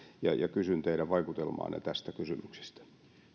kysyn teidän vaikutelmaanne tästä kysymyksestä